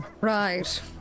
Right